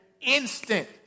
instant